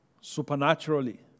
supernaturally